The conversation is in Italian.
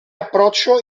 approccio